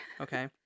okay